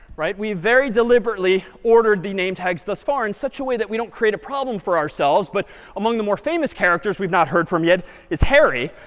we very deliberately ordered the name tags thus far in such a way that we don't create a problem for ourselves. but among the more famous characters we've not heard from yet is harry.